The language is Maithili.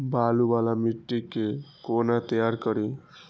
बालू वाला मिट्टी के कोना तैयार करी?